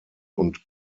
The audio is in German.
und